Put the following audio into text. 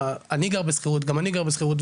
על אני גר בשכירות גם אני גר בשכירות,